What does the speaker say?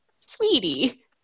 Sweetie